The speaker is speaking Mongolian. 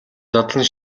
задлан